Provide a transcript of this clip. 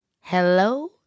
Hello